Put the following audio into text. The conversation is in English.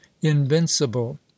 invincible